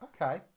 Okay